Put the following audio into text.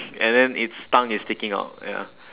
and then its tongue is sticking out ya